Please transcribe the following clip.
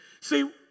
See